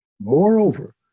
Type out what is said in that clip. Moreover